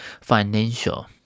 financial